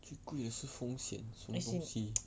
最贵的是风险什么东西